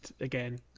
again